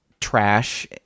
trash